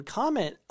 comment